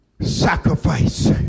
sacrifice